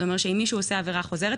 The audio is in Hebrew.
(זה אומר שאם מישהו עושה עבירה חוזרת,